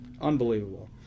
Unbelievable